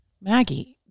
Maggie